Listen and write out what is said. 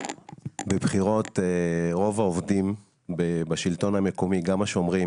בבחירות רוב העובדים בשלטון המקומי, גם השומרים